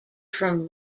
from